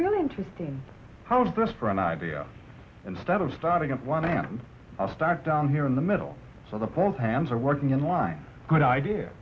really interesting how is this for an idea instead of starting at one am i start down here in the middle so the poles hands are working in line good idea